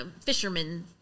fishermen